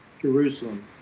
Jerusalem